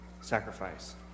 sacrifice